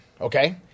okay